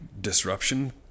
disruption